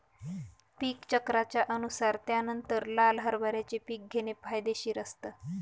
पीक चक्राच्या अनुसार त्यानंतर लाल हरभऱ्याचे पीक घेणे फायदेशीर असतं